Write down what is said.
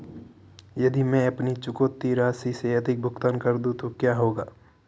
यदि मैं अपनी चुकौती राशि से अधिक भुगतान कर दूं तो क्या होगा?